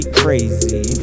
crazy